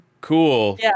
Cool